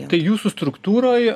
tai jūsų struktūroje